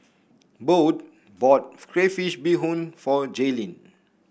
Bode bought Crayfish Beehoon for Jalyn